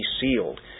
sealed